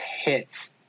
hits